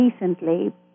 recently